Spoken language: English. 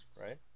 right